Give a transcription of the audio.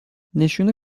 نشون